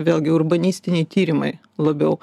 vėlgi urbanistiniai tyrimai labiau